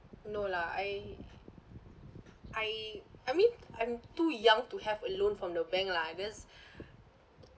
no lah I I I mean I'm too young to have a loan from the bank lah that's